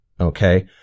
Okay